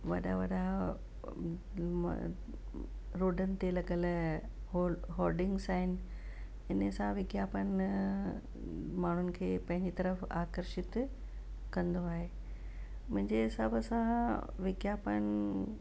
वॾा वॾा रोडनि ते लॻियल हुओ होडिंग्स आहिनि हिन सां विज्ञापन माण्हुनि खे पंहिंजी तर्फ़ आकर्षित कंदो आहे मुंहिंजे हिसाब सां विज्ञापन